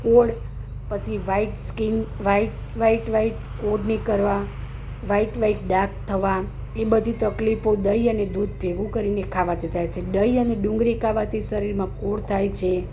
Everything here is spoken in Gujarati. કોઢ પછી white skin white white white કોઢ નીકળવા વાઇટ વાઇટ ડાઘ થવા એ બધી તકલીફો દહીં અને દૂધ ભેગું કરીને ખાવાંથી થાય છે દહીં અને ડુંગળી ખાવાંથી શરીરમાં કોઢ થાય છે